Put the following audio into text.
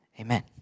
Amen